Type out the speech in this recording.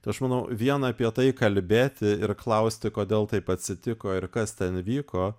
tai aš manau vien apie tai kalbėti ir klausti kodėl taip atsitiko ir kas ten vyko